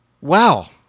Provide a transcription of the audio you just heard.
Wow